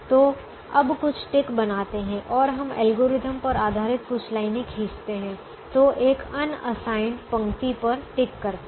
तो अब कुछ टिक बनाते हैं और हम एल्गोरिथ्म पर आधारित कुछ लाइनें खींचते हैं तो एक अनअसाइनड पंक्ति पर टिक करते हैं